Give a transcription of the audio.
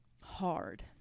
hard